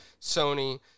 Sony